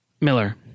Miller—